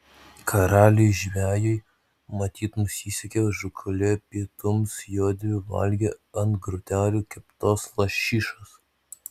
karaliui žvejui matyt nusisekė žūklė pietums jodvi valgė ant grotelių keptos lašišos